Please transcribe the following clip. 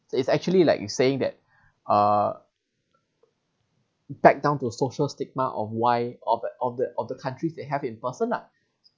it's actually like you saying that uh back down to social stigma of why of the of the of the countries they have in person lah